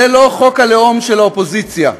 זה לא חוק הלאום של האופוזיציה,